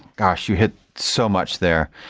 gosh! you hit so much there.